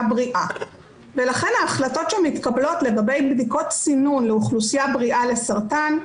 בריאה ולכן ההחלטות שמתקבלות לגבי בדיקות סינון לאוכלוסייה בריאה לסרטן,